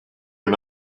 and